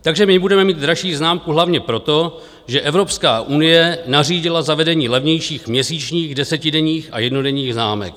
Takže my budeme mít dražší známku hlavně proto, že Evropská unie nařídila zavedení levnějších měsíčních, desetidenních a jednodenních známek.